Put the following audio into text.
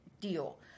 deal